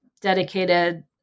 dedicated